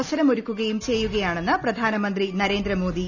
അവസരമൊരുക്കുകയും ചെയ്യുകയാണെന്ന് പ്രധാനമന്ത്രി നരേന്ദ്രമോദി